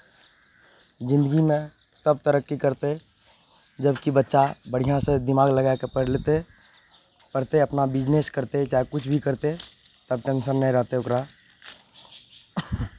जिन्दगीमे तब तरक्की करतै जबकि बच्चा बढ़िआँसँ दिमाग लगाए कऽ पढ़ि लेतै पढ़तै अपना बिजनेस करतै चाहे किछु भी करतै तब टेन्शन नहि रहतै ओकरा